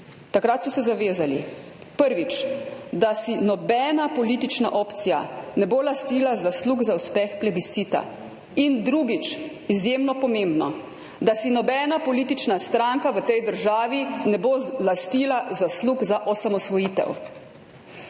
takrat zavezali, prvič, da si nobena politična opcija ne bo lastila zaslug za uspeh plebiscita, in drugič, izjemno pomembno, da si nobena politična stranka v tej državi ne bo lastila zaslug za osamosvojitev.